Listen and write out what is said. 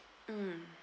mm